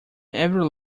every